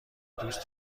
دوست